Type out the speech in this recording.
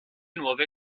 nuove